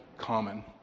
common